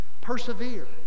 Persevere